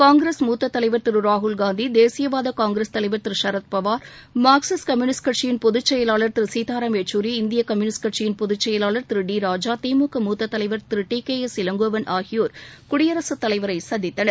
காங்கிரஸ் மூத்தத் தலைவர் திரு ராகுல் காந்தி தேசியவாத காங்கிரஸ் தலைவர் திரு சரத்பவார் மார்க்சிஸ்ட் கம்யூனிஸ்ட் கட்சியின் பொதுச்செயலாளர் திரு சீதாராம் யெச்சூரி இந்திய கம்யூனிஸ்ட் கட்சியின் பொதுச்செயலாளர் திரு டி ராஜா திமுக மூத்தத் தலைவர் Thiru T K S Elangovan ஆகியோர் குடியரசுத் தலைவரை சந்தித்தனர்